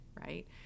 right